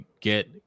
get